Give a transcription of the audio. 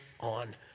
on